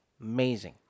Amazing